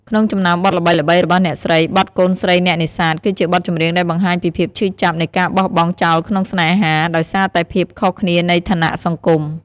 ក្នុងចំណោមបទល្បីៗរបស់អ្នកស្រី បទ កូនស្រីអ្នកនេសាទ គឺជាបទចម្រៀងដែលបង្ហាញពីភាពឈឺចាប់នៃការបោះបង់ចោលក្នុងស្នេហា ដោយសារតែភាពខុសគ្នានៃឋានៈសង្គម។